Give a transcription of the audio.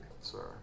sir